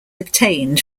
obtained